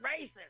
Racist